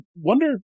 wonder